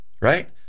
right